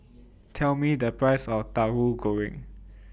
Tell Me The Price of Tahu Goreng